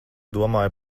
domāju